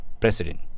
president